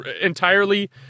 entirely